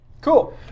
Cool